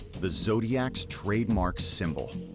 the zodiac's trademark symbol.